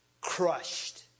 crushed